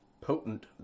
potent